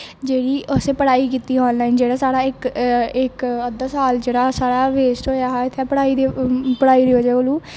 जेहड़ी असें पढ़ाई कीती आनॅलाइन जेहड़ा साढ़ा इक अद्धा साल च जेहड़ा साढ़ा बेस्ट होआ हा उत्थै पढ़ाई दी बजह कोला